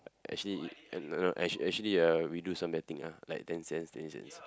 actually and no actually actually uh we do some other thing uh like ten cents twenty cents